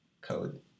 Code